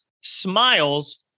smiles